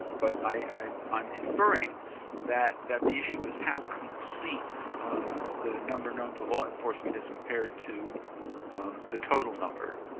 but i'm i'm inferring that that the issue is how complete the number known to law enforcement is compared to the total number.